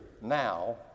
now